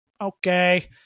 Okay